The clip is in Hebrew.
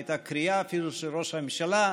הייתה קריאה אפילו של ראש הממשלה: